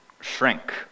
shrink